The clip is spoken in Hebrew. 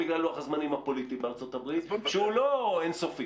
בגלל לוח הזמנים הפוליטי בארצות הברית שהוא לא אין-סופי.